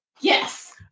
Yes